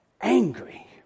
angry